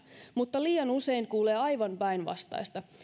mutta liian usein kuulee aivan päinvastaista